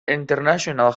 international